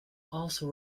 also